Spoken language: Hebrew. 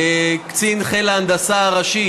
קצין חיל ההנדסה הראשי